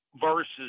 versus